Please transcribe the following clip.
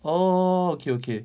orh okay okay